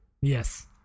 yes